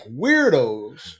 weirdos